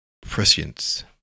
prescience